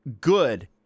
good